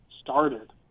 started